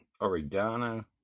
oregano